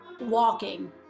walking